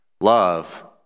Love